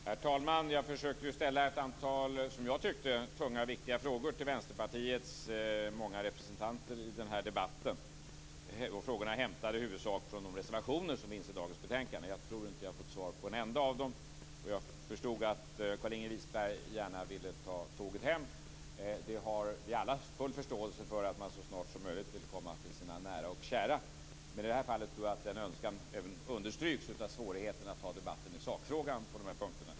Herr talman! Jag försökte ställa ett antal, som jag tyckte, tunga och viktiga frågor till Vänsterpartiets många representanter i den här debatten. Frågorna var hämtade i huvudsak från de reservationer som finns i dagens betänkande. Jag tror inte att jag har fått svar på en enda av dem. Jag förstod att Carlinge Wisberg gärna vill ta tåget hem. Vi har alla full förståelse för att man så snart som möjligt vill komma till sina nära och kära. Men i det här fallet tror jag att den önskan även understryks av svårigheten att ta debatten i sakfrågan på de här punkterna.